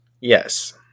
Yes